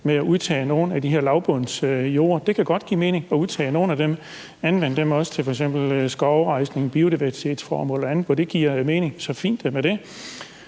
med at udtage nogle af de her lavbundsjorde. Det kan godt give mening at udtage nogle af dem og anvende dem til f.eks. skovrejsning, biodiversitetsformål og andet, hvor det giver mening. Så fint med det.